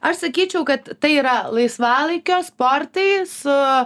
aš sakyčiau kad tai yra laisvalaikio sportai su